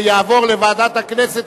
יעבור לוועדת הכנסת,